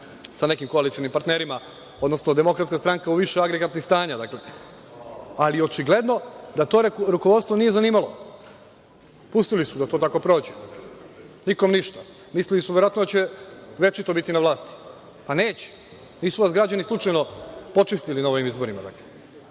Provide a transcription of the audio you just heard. sa nekim koalicionim partnerima, odnosno DS u više agregatnih stanja, ali je očigledno da to rukovodstvo nije zanimalo. Pustili su da to tako prođe. Nikom ništa. Mislili su verovatno da će večito biti na vlasti. Neće. Nisu vas građani slučajno počistili na ovim izborima. Ili